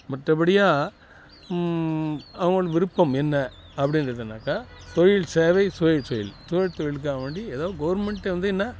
மற்றப்படியா அவங்களின் விருப்பம் என்ன அப்படின்டு எடுத்துகினாக்கா தொழில் சேவை சுய தொழில் சுய தொழிலுக்காகவேண்டி ஏதோ கவுர்மெண்ட்டை வந்து என்ன